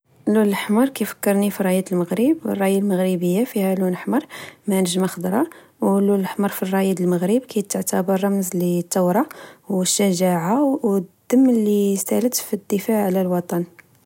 اللون لحمر كفكرني في الراية ديال المغرب الراية المغربية فيها لون أحمر مع نجمة خضرا. و اللون الأحمر في الراية ديال المغرب كتعتبر رمزاللثورة، و الشجاعة، و الدم اللي سالت فالدفاع على الوطن